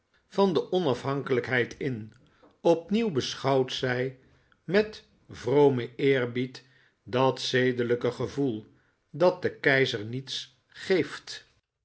van de onafhankelijkheid in opnieuw beschouwt zij met vromen eerbied dat zedelijke gevoel dat den keizer niets geeft